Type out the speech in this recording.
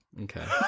Okay